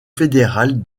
fédérale